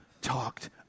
talked